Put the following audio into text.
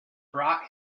brought